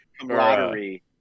camaraderie